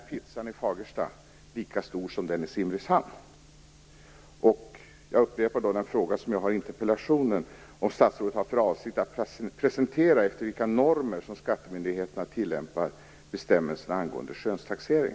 Fagersta lika stor som den i Simrishamn? Jag upprepar min fråga från interpellationen: Har statsrådet för avsikt att presentera efter vilka normer som skattemyndigheterna tillämpar bestämmelserna angående skönstaxering?